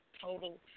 total